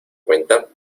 cuenta